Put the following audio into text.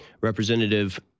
Representative